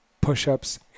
push-ups